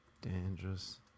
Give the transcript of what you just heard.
Dangerous